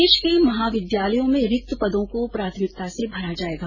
प्रदेश के महाविद्यालयों में रिक्त पदों को प्राथमिकता से भरा जायेगा